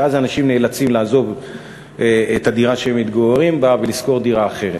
ואז אנשים נאלצים לעזוב את הדירה שהם מתגוררים בה ולשכור דירה אחרת.